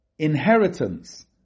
inheritance